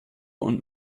und